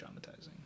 traumatizing